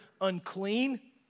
unclean